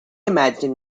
imagining